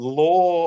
law